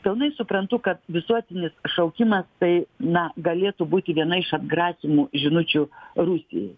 pilnai suprantu kad visuotinis šaukimas tai na galėtų būti viena iš atgrasymų žinučių rusijai